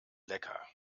lecker